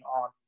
on